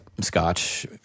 Scotch